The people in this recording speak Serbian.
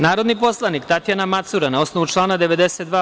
Narodni poslanik Tatjana Macura, na osnovu člana 92.